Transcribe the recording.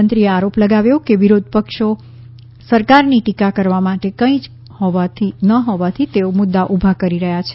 મંત્રીએ આરોપ લગાવ્યો કે વિરોધી પક્ષો સર કારની ટીકા કરવા માટે કંઇ ન હોવાથી તેઓ મુદ્દા ઉભા કરી રહ્યા છે